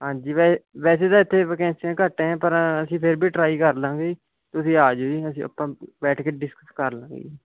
ਹਾਂਜੀ ਵੈਸੇ ਵੈਸੇ ਤਾਂ ਇੱਥੇ ਵੈਕੈਸੀਆਂ ਘੱਟ ਹੈ ਪਰ ਅਸੀਂ ਫਿਰ ਵੀ ਟ੍ਰਾਈ ਕਰ ਲਵਾਂਗੇ ਜੀ ਤੁਸੀਂ ਆ ਜਿਓ ਜੀ ਅਸੀਂ ਆਪਾਂ ਬੈਠ ਕੇ ਡਿਸਕਸ ਕਰ ਲਵਾਂਗੇ ਜੀ